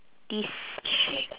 this she~